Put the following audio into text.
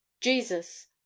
jesus